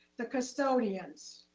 the custodians,